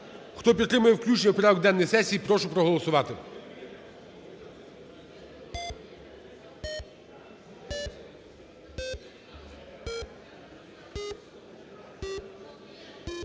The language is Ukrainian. Хто підтримує включення в порядок денний сесії, прошу проголосувати.